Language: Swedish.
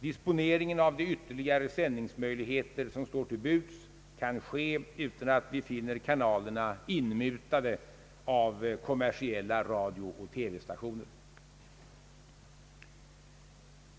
Disponeringen av de ytterligare sändningsmöjligheter som står till buds kan ske utan att vi finner kanalerna inmutade av kommersiella radiooch TV stationer.